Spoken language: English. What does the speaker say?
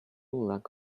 lack